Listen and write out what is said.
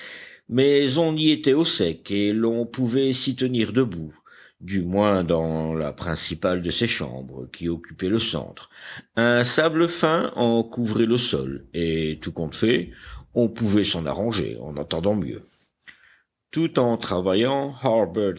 mais on y était au sec et l'on pouvait s'y tenir debout du moins dans la principale de ces chambres qui occupait le centre un sable fin en couvrait le sol et tout compte fait on pouvait s'en arranger en attendant mieux tout en travaillant